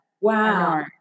Wow